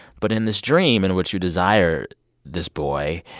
but in this dream in which you desired this boy,